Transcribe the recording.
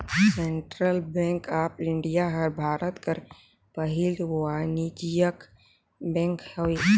central bank of India हर भारत कर पहिल वानिज्यिक बेंक हवे